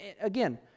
Again